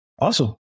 Awesome